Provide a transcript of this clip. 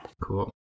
cool